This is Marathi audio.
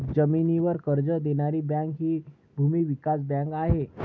जमिनीवर कर्ज देणारी बँक हि भूमी विकास बँक आहे